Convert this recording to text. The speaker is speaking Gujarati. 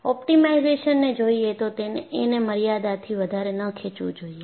ઑપ્ટિમાઇઝેશનને જોઈએ તો એને મર્યાદાથી વધારે ન ખેંચવું જોઈએ